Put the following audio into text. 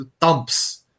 dumps